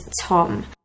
Tom